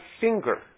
finger